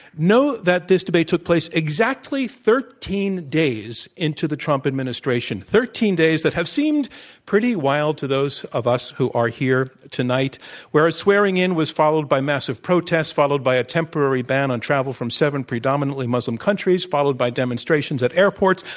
know that this debate took place exactly thirteen days into the trump administration. thirteen days that have seemed pretty wild to those of us who are here tonight where a swearing in was followed by massive protests, followed by a temporary ban on travel from seven predominantly muslim countries, followed by demonstrations at airports,